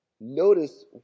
Notice